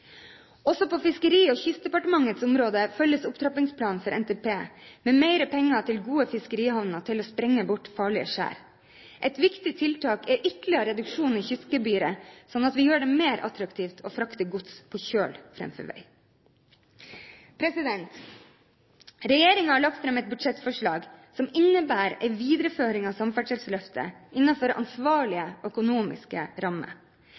Også på Fiskeri- og kystdepartementets område følges opptrappingsplanen for NTP, med mer penger til gode fiskerihavner for å sprenge bort farlige skjær. Et viktig tiltak er ytterligere reduksjon i kystgebyret, slik at vi gjør det mer attraktivt å frakte gods på kjøl framfor på vei. Regjeringen har lagt fram et budsjettforslag som innebærer en videreføring av samferdselsløftet innenfor ansvarlige økonomiske rammer.